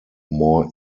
more